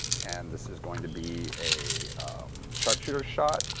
and this is going to be a sharpshooter shot,